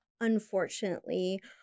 unfortunately